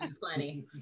plenty